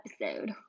episode